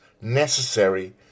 necessary